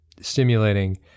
stimulating